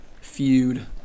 feud